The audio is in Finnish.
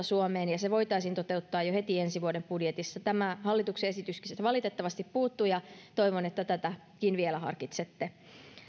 suomeen ja se voitaisiin toteuttaa jo heti ensi vuoden budjetissa tämä hallituksen esityksestä valitettavasti puuttuu ja toivon että tätäkin vielä harkitsette